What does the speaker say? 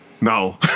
No